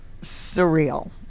surreal